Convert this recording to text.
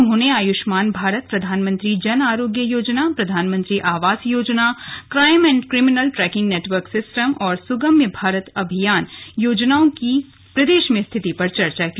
उन्होंने आयुष्मान भारत प्रधानमंत्री जन आरोग्य योजना प्रधानमंत्री आवास योजना crime and criminal tracking network system और सुगम्य भारत अभियान योजनाओं की प्रदेश में स्थिति पर चर्चा की